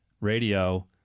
radio